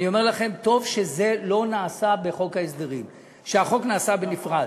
אני אומר לכם: טוב שזה לא נעשה בחוק ההסדרים ושהחוק נעשה בנפרד.